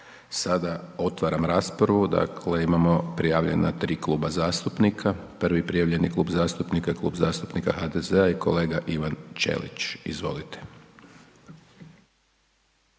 Sada otvaram raspravu, dakle imamo prijavljena tri kluba zastupnika. Prvi prijavljeni klub zastupnika je Klub zastupnika HDZ-a i kolega Ivan Ćelić. Izvolite.